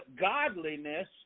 godliness